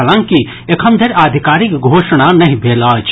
हालांकि एखन धरि आधिकारिक घोषणा नहि भेल अछि